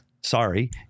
Sorry